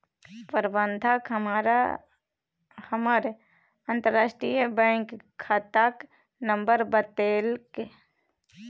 प्रबंधक हमरा हमर अंतरराष्ट्रीय बैंक खाताक नंबर बतेलक